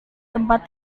tempat